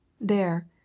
There